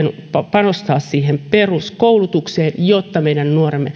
panostaa siihen peruskoulutukseen jotta meidän nuoremme